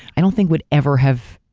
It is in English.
i don't think would ever have,